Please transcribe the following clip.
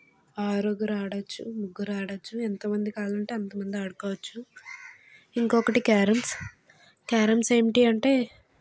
ఆరుగురు ఆడవచ్చు ముగ్గురు ఆడవచ్చు ఎంతమంది కావాలంటే అంతమంది ఆడుకోవచ్చు ఇంకొకటి క్యారమ్స్ క్యారమ్స్ ఏంటి అంటే